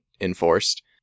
enforced